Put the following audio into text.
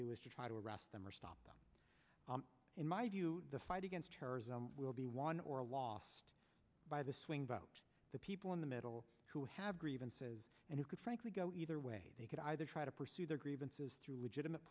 do is try to arrest them or stop in my view the fight against terrorism will be won or lost by the swing vote the people in the middle who have grievances and who could frankly go either way they could either try to pursue their grievances through